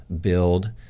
build –